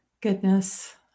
Goodness